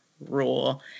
rule